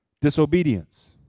Disobedience